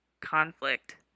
conflict